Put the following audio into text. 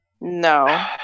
no